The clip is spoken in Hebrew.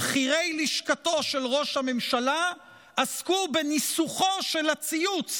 בכירי לשכתו של ראש הממשלה עסקו בניסוחו של הציוץ